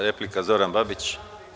Replika, Zoran Babić.